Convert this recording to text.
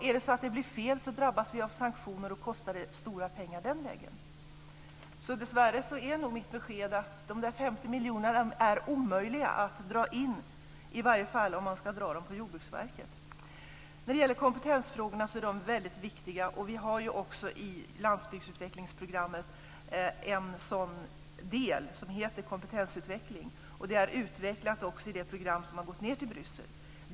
Är det så att det blir fel, drabbas vi därmed av sanktioner och stora kostnader. Dessvärre är nog mitt besked att de 50 miljonerna är omöjliga att dra in, i varje fall om man skall dra in dem från Jordbruksverket. Kompetensfrågorna är väldigt viktiga. Det finns i landsbygdsutvecklingsprogrammet en del som heter kompetensutveckling. Det finns också utvecklat i det program som har skickats ned till Bryssel.